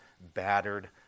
battered